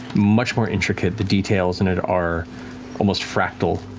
much more intricate, the details in it are almost fractal,